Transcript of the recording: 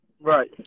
Right